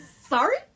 sorry